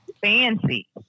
Fancy